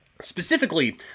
Specifically